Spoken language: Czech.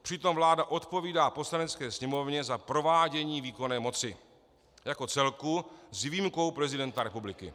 Přitom vláda odpovídá Poslanecké sněmovně za provádění výkonné moci jako celku s výjimkou prezidenta republiky.